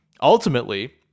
ultimately